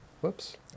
Whoops